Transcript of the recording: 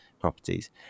properties